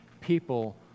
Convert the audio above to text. people